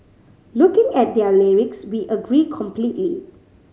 looking at their lyrics we agree completely